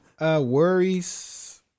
Worries